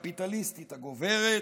הקפיטליסטית הגוברת,